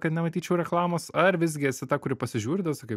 kad nematyčiau reklamos ar visgi esi ta kuri pasižiūri ir tada sakai